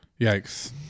Yikes